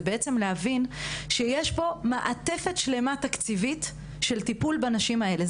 זה להבין שיש מעטפת שלמה תקציבית של טיפול בנשים האלה.